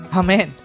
amen